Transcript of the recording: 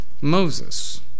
Moses